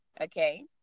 okay